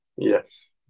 Yes